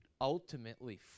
ultimately